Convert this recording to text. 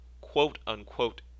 quote-unquote